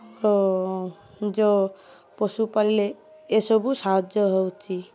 ଆମର ଯୋ ପଶୁପାଳିଲେ ଏସବୁ ସାହାଯ୍ୟ ହେଉଛି